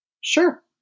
Sure